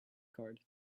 card